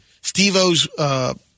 Steve-O's